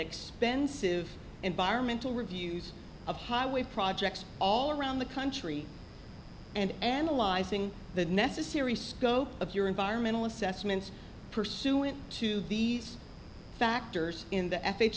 expensive environmental reviews of highway projects all around the country and analyzing the necessary scope of your environmental assessments pursuant to these factors in the